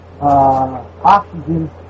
oxygen